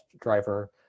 driver